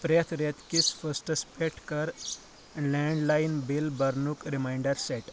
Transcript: پرٛیٚتھ ریٚتہٕ کِس فسٹَس پیٚٹھ کرلینٛڈ لایِن بِل برنُک ریماینٛڑر سیٹ